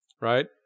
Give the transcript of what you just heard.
right